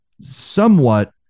somewhat